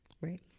Right